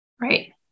Right